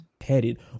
headed